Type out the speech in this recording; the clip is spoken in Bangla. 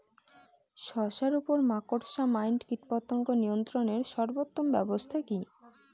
শশার উপর মাকড়সা মাইট কীটপতঙ্গ নিয়ন্ত্রণের সর্বোত্তম ব্যবস্থা কি?